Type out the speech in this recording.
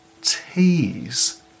tease